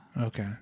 Okay